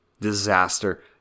disaster